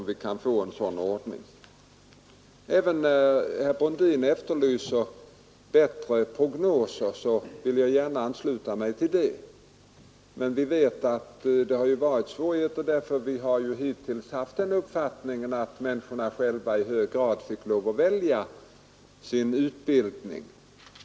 Med anledning av att herr Brundin efterlyser bättre prognoser vill jag gärna ansluta mig till det. Men vi vet att det har förelegat svårigheter, därför att vi hittills har haft den uppfattningen att människorna själva i hög grad skulle få lov att välja sin utbildning.